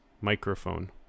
microphone